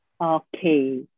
okay